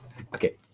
okay